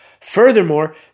Furthermore